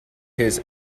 his